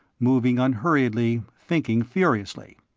moving unhurriedly, thinking furiously.